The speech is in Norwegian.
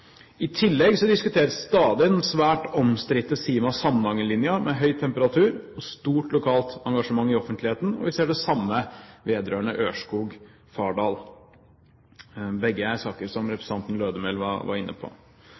I tillegg diskuteres stadig den svært omstridte Sima–Samnanger-linja med høy temperatur og stort lokalt engasjement i offentligheten, og vi ser det samme vedrørende Ørskog–Fardal. Begge er saker som representanten Lødemel var inne på.